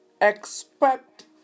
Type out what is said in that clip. Expect